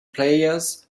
players